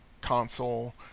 console